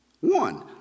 One